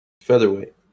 Featherweight